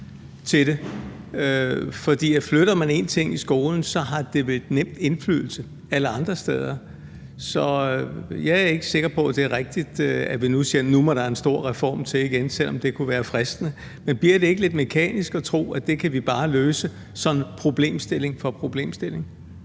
For flytter man én ting i skolen, får det vel nemt indflydelse alle andre steder. Jeg er ikke sikker på, at det er rigtigt, at vi nu siger, at der må en stor reform til igen, selv om det kunne være fristende. Men bliver det ikke lidt mekanisk at tro, at vi bare kan løse det sådan problemstilling for problemstilling?